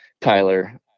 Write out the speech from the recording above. Tyler